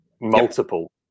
multiple